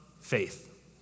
faith